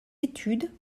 études